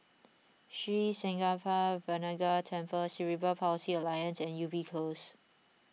Sri Senpaga Vinayagar Temple Cerebral Palsy Alliance and Ubi Close